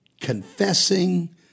confessing